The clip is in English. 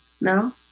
No